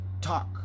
talk